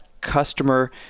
customer